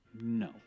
No